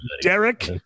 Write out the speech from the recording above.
Derek